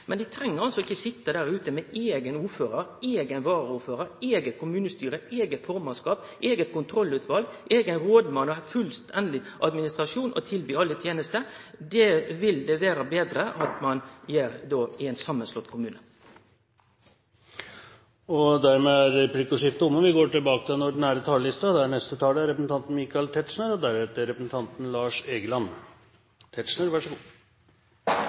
men dei treng ikkje å sitje der ute med eigen ordførar, eigen varaordførar, eige kommunestyre, eige formannskap, eige kontrollutval, eigen rådmann og ein fullstendig administrasjon og tilby alle tenester. Det vil det vere betre at ein gjer i ein samanslått kommune. Replikkordskiftet er dermed omme. Høyres forslag og uttalelser innenfor de rammeområdene vi nå har til